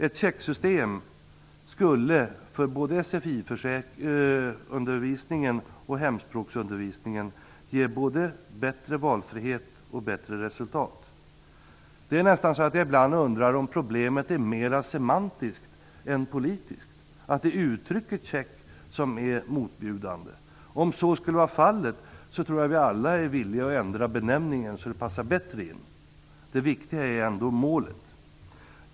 Ett checksystem skulle för både sfi-undervisningen och hemspråksundervisningen ge såväl bättre valfrihet som bättre resultat. Jag undrar ibland om problemet är mera semantiskt än politiskt, om det är uttrycket "check" som som är motbjudande. Om så skulle vara fallet, tror jag att vi alla är villiga att ändra benämningen så att den passar bättre in. Det viktiga är ändå målet.